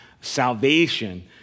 salvation